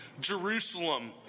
Jerusalem